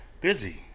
Busy